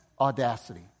audacity